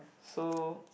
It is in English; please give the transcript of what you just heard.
so